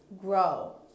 grow